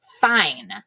fine